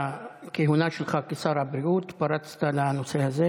הכהונה שלך כשר הבריאות פרצת לנושא הזה.